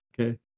Okay